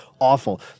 awful